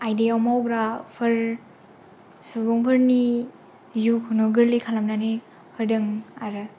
आयदायाव मावग्राफोर सुबुंफोरनि जिउखौनो गोरलै खालामनानै होदों आरो